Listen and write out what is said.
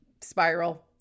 spiral